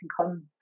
come